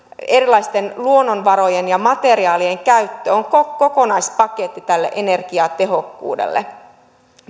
erilaisten luonnonvarojen ja materiaalien käyttö ovat kokonaispaketti tälle energiatehokkuudelle